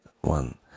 one